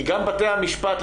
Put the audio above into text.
כי גם בתי המשפט,